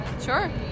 Sure